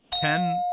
Ten